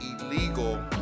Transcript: illegal